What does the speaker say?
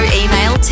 email